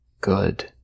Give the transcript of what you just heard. good